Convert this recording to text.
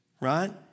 right